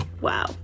Wow